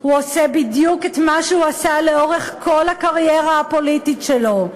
הוא עושה בדיוק את מה שהוא עשה לאורך כל הקריירה הפוליטית שלו: